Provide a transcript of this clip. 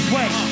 Wait